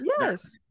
Yes